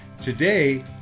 Today